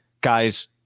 guys